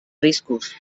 riscos